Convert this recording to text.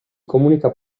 comunica